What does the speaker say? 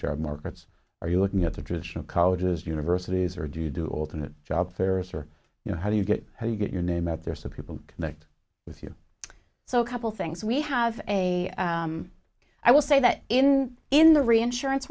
drug markets are you looking at the traditional colleges universities or do you do alternate job fairs or you know how do you get how do you get your name out there so people that with you so a couple things we have a i will say that in in the reinsurance